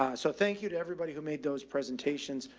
um so thank you to everybody who made those presentations.